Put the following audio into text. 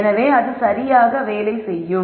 எனவே அது சரியாக வேலை செய்யும்